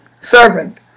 servant